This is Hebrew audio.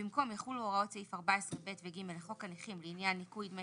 במקום "יחולו הוראות סעיף 14(ב) ו-(ג) לחוק הנכים לעניין ניכוי דמי